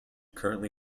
currently